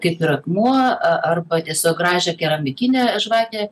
kaip ir akmuo arba tiesiog gražią keramikinę žvakę